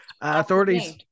Authorities